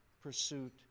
pursuit